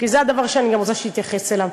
כי זה הדבר שאני רוצה שתתייחס אליו,